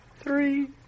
three